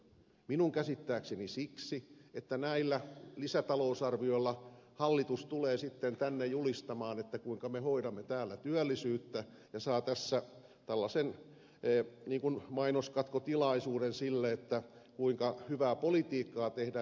minun käsittääkseni siksi että näillä lisätalousarvioilla hallitus tulee sitten tänne julistamaan kuinka me hoidamme täällä työllisyyttä ja saa tässä tällaisen niin kuin mainoskatkotilaisuuden esitellä kuinka hyvää politiikkaa tehdään